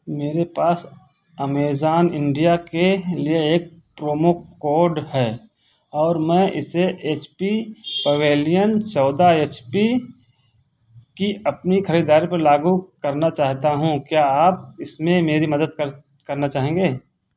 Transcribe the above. मेरे पास Amazon India के लिए एक प्रोमो कोड है और मैं इसे एच पी पेवेलियन चौदह एच पी की अपनी खरीदारी पर लागू करना चाहता हूँ क्या आप इसमें मेरी मदद कर करना चाहेंगे